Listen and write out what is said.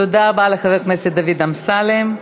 תודה לחבר הכנסת דוד אמסלם.